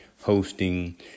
hosting